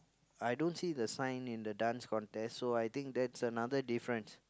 I don't see the sign in the Dance Contest so I think that's another difference